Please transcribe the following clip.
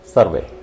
Survey